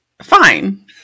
fine